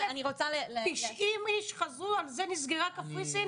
19,090 איש חזרו, על זה נסגרה קפריסין?